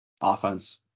offense